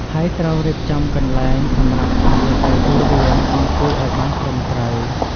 ហើយត្រូវរៀបចំំកន្លែងសម្រាប់ភ្ញៀវដែលចូលរួម អង្គុយអោយបានត្រឹមត្រូវ។